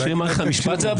ראשי מערכת המשפט זו הבעיה?